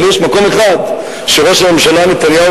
אבל יש מקום אחד שראש הממשלה נתניהו,